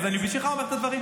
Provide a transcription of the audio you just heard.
אז בשבילך אני אומר את הדברים.